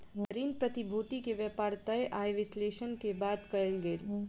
ऋण प्रतिभूति के व्यापार तय आय विश्लेषण के बाद कयल गेल